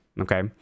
Okay